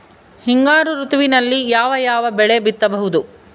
ಹಿಂಗಾರು ಋತುವಿನಲ್ಲಿ ಯಾವ ಯಾವ ಬೆಳೆ ಬಿತ್ತಬಹುದು?